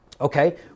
Okay